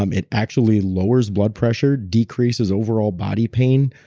um it actually lowers blood pressure decreases overall body pain,